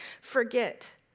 forget